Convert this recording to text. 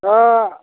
दा